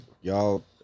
y'all